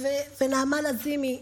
ונעמה לזימי,